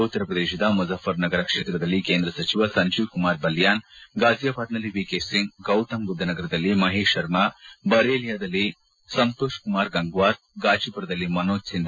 ಉತ್ತರ ಪ್ರದೇಶದ ಮುಜಫರ್ನಗರ ಕ್ಷೇತ್ರದಲ್ಲಿ ಕೇಂದ್ರ ಸಚಿವ ಸಂಜೀವ್ಕುಮಾರ್ ಬಲ್ಲಾನ್ ಗಾಜಿಯಾಬಾದ್ನಲ್ಲಿ ವಿಕೆ ಸಿಂಗ್ ಗೌತಮ್ ಬುದ್ದನಗರದಲ್ಲಿ ಮಹೇಶ್ ಶರ್ಮಾ ಬರೇಲಿಯಾದಲ್ಲಿ ಸಂತೋಷ್ ಕುಮಾರ್ ಗಂಗ್ವಾರ್ ಗಾಜಿಪುರದಲ್ಲಿ ಮನೋಜ್ ಸಿನ್ನ